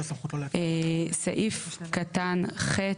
סעיף קטן ח'